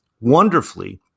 wonderfully